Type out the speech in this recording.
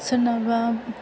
सोरनावबा